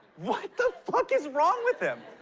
what the fuck is wrong with him?